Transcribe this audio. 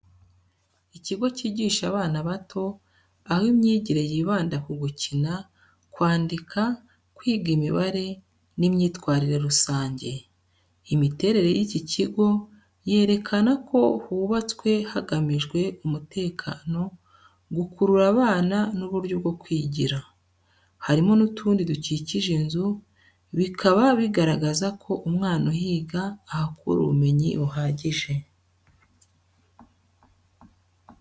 Ikigo cyigisha abana bato, aho imyigire yibanda ku gukina, kwandika, kwiga imibare n’imyitwarire rusange. Imiterere y’iki kigo yerekana ko hubatswe hagamijwe umutekano, gukurura abana n’uburyo bwo kwigira. Harimo n’utundi dukikije inzu, bikaba bigaragaza ko umwana uhiga ahakura ubumenyi buhagije.